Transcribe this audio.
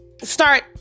start